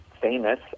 famous